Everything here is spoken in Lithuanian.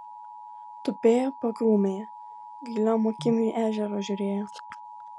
tupėjo pakrūmėje gailiom akim į ežerą žiūrėjo